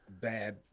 bad